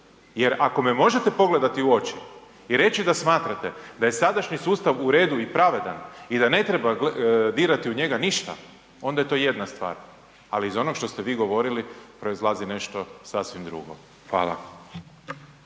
jer ako me možete pogledati u oči i reći da smatrate da je sadašnji sustav u redu i pravedan i da ne treba dirati u njega ništa, onda je to jedna stvar, ali iz onog što ste vi govorili proizlazi nešto sasvim drugo. Hvala.